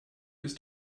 ist